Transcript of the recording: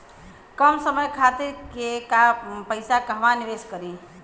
कम समय खातिर के पैसा कहवा निवेश करि?